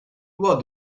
what